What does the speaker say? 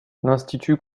l’institut